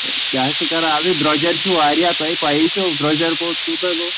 کیٛاہ حظ چھُو کران آزَے درٛۄجَر چھُ واریاہ تۄہے پیی چھو درٛۄجَر کو کوٗتاہ گوٚو